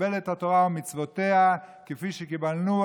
לקבל את התורה ומצוותיה כפי שקיבלנוה